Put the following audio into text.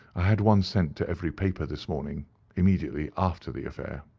i had one sent to every paper this morning immediately after the affair.